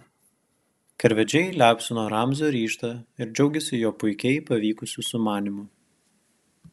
karvedžiai liaupsino ramzio ryžtą ir džiaugėsi jo puikiai pavykusiu sumanymu